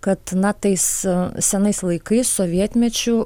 kad na tais senais laikais sovietmečiu